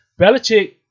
Belichick